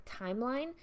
timeline